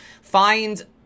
find